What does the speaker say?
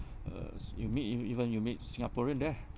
uh you meet even even you meet singaporean there